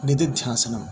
निधिध्यासनं अपि